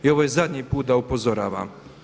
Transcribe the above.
I ovo je zadnji put da upozoravam.